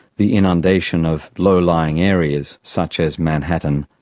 the inundation of low lying areas such as manhattan,